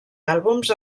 àlbums